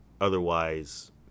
otherwise